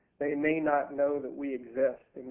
they may not know that we exist.